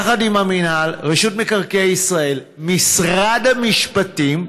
יחד עם המינהל, רשות מקרקעי ישראל, משרד המשפטים,